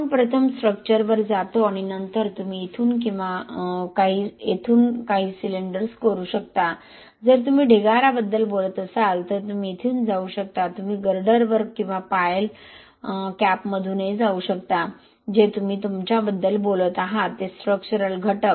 आपण प्रथम स्ट्रक्चरवर जातो आणि नंतर तुम्ही इथून किंवा येथून काही सिलेंडर्स कोरू शकता जर तुम्ही ढिगाऱ्याबद्दल बोलत असाल तर तुम्ही इथून जाऊ शकता तुम्ही गर्डरवरून किंवा पायल कॅपमधूनही जाऊ शकता जे तुम्ही तुमच्याबद्दल बोलत आहात ते स्ट्रक्चरल घटक